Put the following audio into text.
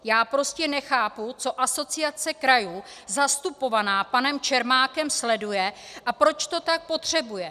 Já prostě nechápu, co Asociace krajů zastupovaná panem Čermákem sleduje a proč to tak potřebuje.